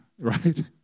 right